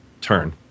turn